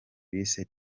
bise